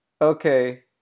okay